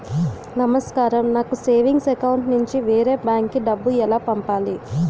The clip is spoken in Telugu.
నమస్కారం నాకు సేవింగ్స్ అకౌంట్ నుంచి వేరే బ్యాంక్ కి డబ్బు ఎలా పంపాలి?